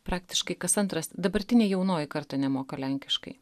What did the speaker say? praktiškai kas antras dabartinė jaunoji karta nemoka lenkiškai